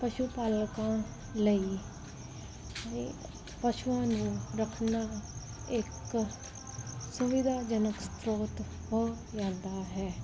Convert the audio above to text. ਪਸ਼ੂ ਪਾਲਕਾਂ ਲਈ ਇ ਪਸ਼ੂਆਂ ਨੂੰ ਰੱਖਣਾ ਇੱਕ ਸੁਵਿਧਾਜਨਕ ਸ੍ਰੋਤ ਬਹੁਤ ਜ਼ਿਆਦਾ ਹੈ